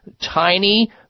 tiny